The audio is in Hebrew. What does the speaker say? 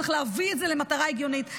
צריך להביא את זה למטרה הגיונית.